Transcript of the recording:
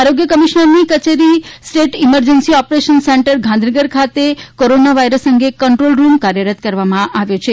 આરોગ્ય કમિશ્નરની કચેરી state emergency operation centre Gandhinagar ખાતે કોરોના વાયરસ અંગે કંટ્રોલ રૂમ કાર્યરત કરવામાં આવ્યો છે